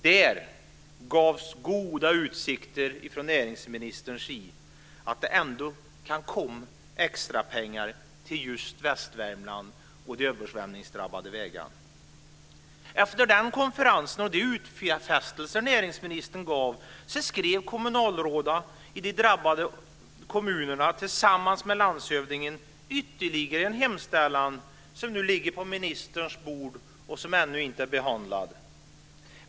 Där gavs goda utsikter från näringsministern att det ändå kan komma extra pengar till just Västvärmland och de översvämningsdrabbade vägarna. Efter den konferensen och den utfästelse näringsministern gav skrev kommunalråden i de drabbade kommunerna tillsammans med landshövdingen ytterligare en hemställan, som nu ligger på ministerns bord och som ännu inte är behandlad.